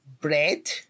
bread